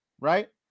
right